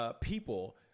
people